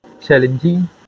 Challenging